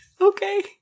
Okay